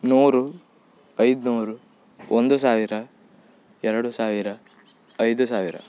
ನೂರು ಐದುನೂರು ಒಂದು ಸಾವಿರ ಎರಡು ಸಾವಿರ ಐದು ಸಾವಿರ